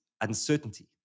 uncertainty